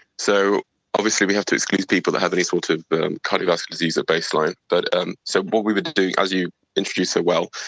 so obviously we have to exclude people that have any sort of cardiovascular disease at baseline. but um so what we would do, as you introduced so well,